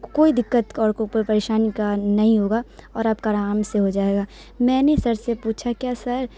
کوئی دقت اور کوئی پریشانی کا نہیں ہوگا اور آپ کا آرام سے ہو جائے گا میں نے سر سے پوچھا کیا سر